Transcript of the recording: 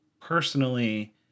personally